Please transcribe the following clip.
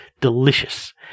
delicious